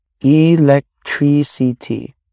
electricity